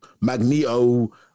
Magneto